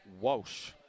Walsh